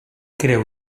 creu